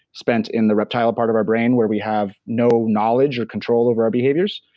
spent in the reptile part of our brain where we have no knowledge or control over our behaviors.